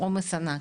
עומס ענק.